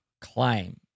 claim